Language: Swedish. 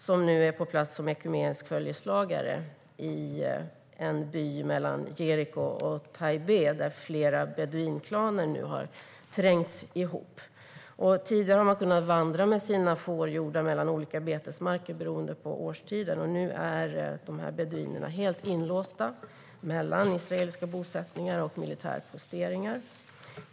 Hon är nu på plats som ekumenisk följeslagare i en by mellan Jeriko och Taibe, där flera beduinklaner nu har trängts ihop. Tidigare har de kunnat vandra med sina fårhjordar mellan olika betesmarker beroende på årstider, men nu är beduinerna helt inlåsta mellan israeliska bosättningar och militärposteringar.